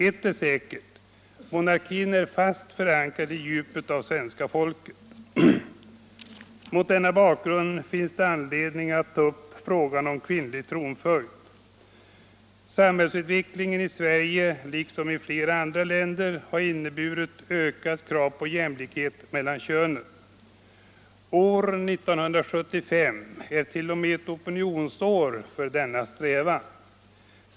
Ett är också säkert: monarkin är fast förankrad i djupet av folket. Mot denna bakgrund finns det också anledning att ta upp frågan om kvinnlig tronföljd. Samhällsutvecklingen i Sverige liksom i flera andra länder har inneburit ökade krav på jämlikhet mellan könen. År 1975 är t.o.m. ett opinionsår för denna strävan.